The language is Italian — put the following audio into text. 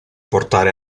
portare